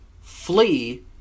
flee